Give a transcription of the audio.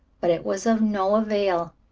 but it was of no avail.